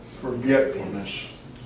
forgetfulness